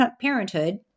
Parenthood